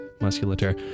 musculature